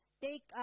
take